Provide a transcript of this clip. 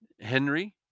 Henry